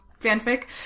fanfic